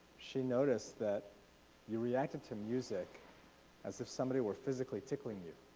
she noticed that you reacted to music as if somebody were physically tickling you.